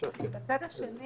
שבצד השני